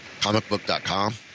comicbook.com